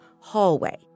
hallway